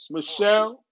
Michelle